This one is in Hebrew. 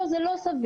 לא, זה לא סביר.